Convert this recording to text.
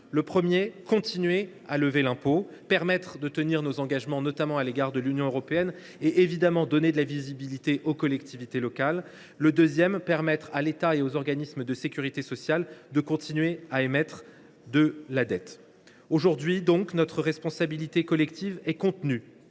: premièrement, continuer à lever l’impôt, permettre de tenir nos engagements, notamment à l’égard de l’Union européenne, et donner de la visibilité aux collectivités locales ; deuxièmement, permettre à l’État et aux organismes de sécurité sociale de continuer à émettre de la dette. Aujourd’hui, notre responsabilité collective est donc contenue